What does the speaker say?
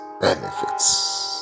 benefits